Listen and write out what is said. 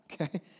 okay